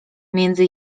między